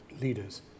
leaders